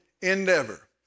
endeavor